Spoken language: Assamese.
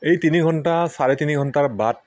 এই তিনি ঘন্টা চাৰে তিনি ঘন্টাৰ বাট